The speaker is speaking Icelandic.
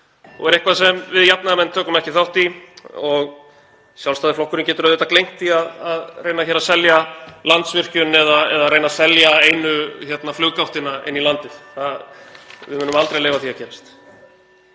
og er eitthvað sem við jafnaðarmenn tökum ekki þátt í og Sjálfstæðisflokkurinn getur auðvitað gleymt því að reyna hér að selja Landsvirkjun eða einu fluggáttina inn í landið. Við munum aldrei leyfa því að gerast.